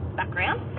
background